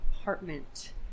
apartment